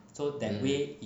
mm